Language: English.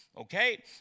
Okay